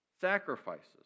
sacrifices